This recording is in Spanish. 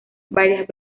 varias